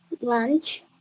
lunch